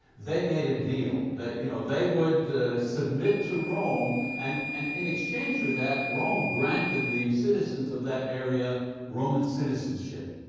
they made a deal that you know they would submit to rome and and in exchange for that, rome granted the citizens of that area roman citizenship.